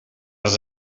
res